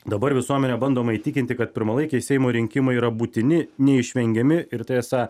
dabar visuomenę bandoma įtikinti kad pirmalaikiai seimo rinkimai yra būtini neišvengiami ir tai esą